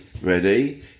ready